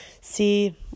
see